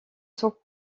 son